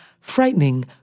frightening